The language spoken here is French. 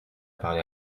parlé